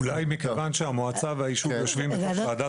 אולי מכיוון שהמועצה והיישוב יושבים בתוך ועדת